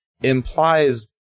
implies